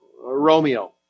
Romeo